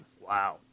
Wow